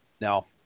Now